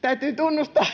täytyy tunnustaa